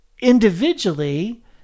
individually